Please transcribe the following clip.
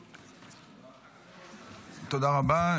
תודה.